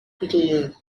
کدومه